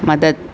مدد